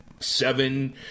Seven